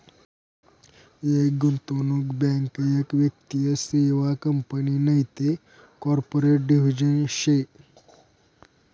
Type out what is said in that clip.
एक गुंतवणूक बँक एक वित्तीय सेवा कंपनी नैते कॉर्पोरेट डिव्हिजन शे